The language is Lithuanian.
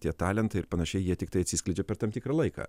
tie talentai ir panašiai jie tiktai atsiskleidžia per tam tikrą laiką